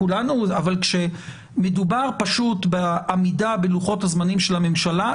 אבל כשמדובר פשוט בעמידה בלוחות הזמנים של הממשלה,